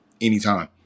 anytime